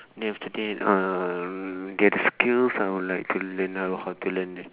then after that uh the other skills I would like to learn I'll how to learn